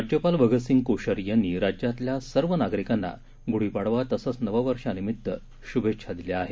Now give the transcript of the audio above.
राज्यपाल भगतसिंह कोश्यारी यांनी राज्यातल्या सर्व नागरिकांना गुढी पाडवा तसंच नववर्षानिमित्त निमित्त शुभेच्छा दिल्या आहेत